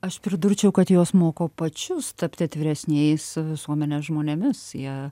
aš pridurčiau kad juos moko pačius tapti atviresniais visuomenės žmonėmis jie